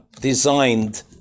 designed